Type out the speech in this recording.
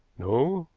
no,